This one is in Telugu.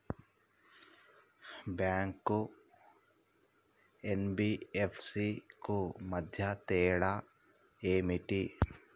బ్యాంక్ కు ఎన్.బి.ఎఫ్.సి కు మధ్య తేడా ఏమిటి?